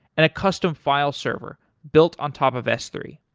and a custom file server built on top of s three.